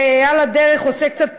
שעל הדרך עושה קצת פרובוקציות.